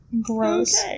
gross